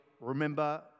remember